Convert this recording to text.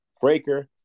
Breaker